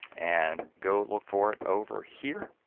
and go look for it over here,